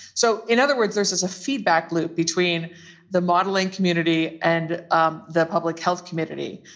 so in other words, this is a feedback loop between the modeling community and um the public health committee,